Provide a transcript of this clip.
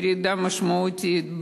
ירידה משמעותית,